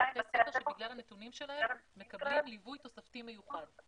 אלה בתי ספר שבגלל הנתונים שלהם מקבלים ליווי תוספתי מיוחד.